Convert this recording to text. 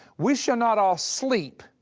we shall not all sleep,